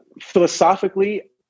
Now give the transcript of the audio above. philosophically